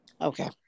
Okay